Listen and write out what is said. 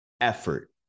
effort